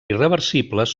irreversibles